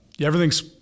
everything's